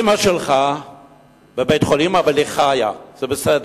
אמא שלך בבית-חולים, אבל היא חיה, זה בסדר.